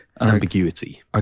ambiguity